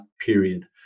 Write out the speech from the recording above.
period